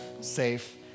safe